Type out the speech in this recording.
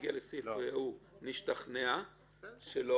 כשנגיע לסעיף ההוא נשתכנע שלא,